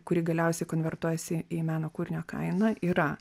kuri galiausiai konvertuojasi į meno kūrinio kainą yra